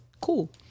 cool